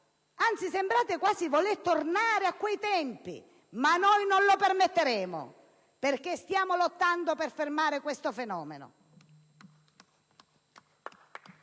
anzi, sembrate quasi voler tornare a quei tempi. Ma noi non lo permetteremo, perché stiamo lottando per fermare questo fenomeno!